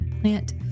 Plant